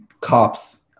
cops